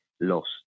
lost